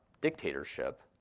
dictatorship